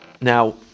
now